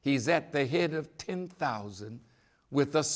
he's at the head of thousand with